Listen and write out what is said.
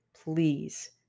please